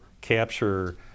capture